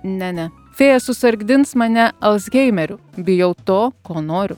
ne ne fėja susargdins mane alzheimeriu bijau to ko noriu